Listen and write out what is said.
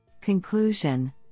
Conclusion